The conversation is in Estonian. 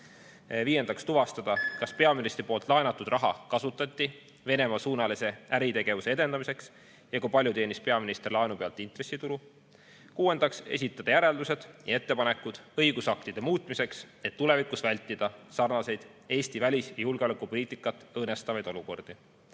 viiendaks tuvastada, kas peaministri [välja] laenatud raha kasutati Venemaa-suunalise äritegevuse edendamiseks ja kui palju teenis peaminister laenu pealt intressitulu; kuuendaks esitada järeldused ja ettepanekud õigusaktide muutmiseks, et tulevikus vältida sarnaseid Eesti välis- ja julgeolekupoliitikat õõnestavaid olukordi.